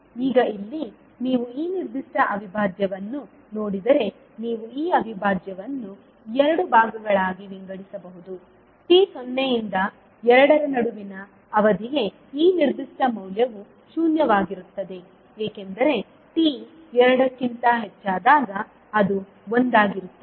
ಈಗ ಇಲ್ಲಿ ನೀವು ಈ ನಿರ್ದಿಷ್ಟ ಅವಿಭಾಜ್ಯವನ್ನು ನೋಡಿದರೆ ನೀವು ಈ ಅವಿಭಾಜ್ಯವನ್ನು ಎರಡು ಭಾಗಗಳಾಗಿ ವಿಂಗಡಿಸಬಹುದು t ಸೊನ್ನೆಯಿಂದ ಎರಡರ ನಡುವಿನ ಅವಧಿಗೆ ಈ ನಿರ್ದಿಷ್ಟ ಮೌಲ್ಯವು ಶೂನ್ಯವಾಗಿರುತ್ತದೆ ಏಕೆಂದರೆ t ಎರಡಕ್ಕಿಂತ ಹೆಚ್ಚಾದಾಗ ಅದು ಒಂದಾಗಿರುತ್ತದೆ